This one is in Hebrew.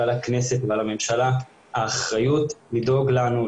על הכנסת ועל הממשלה האחריות לדאוג לנו,